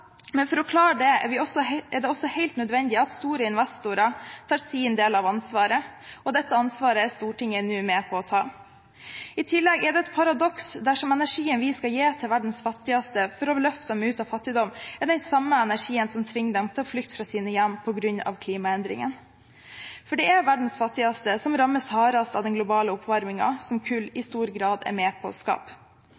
for å klare det er det også helt nødvendig at store investorer tar sin del av ansvaret, og dette ansvaret er Stortinget nå med på å ta. I tillegg er det et paradoks dersom energien vi skal gi til verdens fattigste for å løfte dem ut av fattigdom, er den samme energien som tvinger dem til å flykte fra sine hjem på grunn av klimaendringene. For det er verdens fattigste som rammes hardest av den globale oppvarmingen, som kull i stor grad er med på